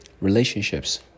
Relationships